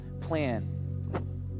plan